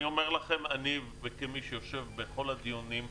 אני אומר לכם, אני כמי שיושב בכל הדיונים: